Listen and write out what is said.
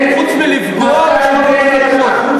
חוץ מלפגוע בשכבות החלשות.